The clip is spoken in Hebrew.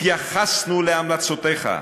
התייחסנו להמלצותיך,